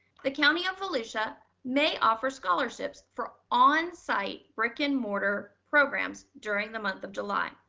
the county of volusia may offer scholarships for onsite brick and mortar programs. during the month of july,